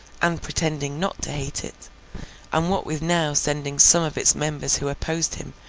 and pretending not to hate it and what with now sending some of its members who opposed him,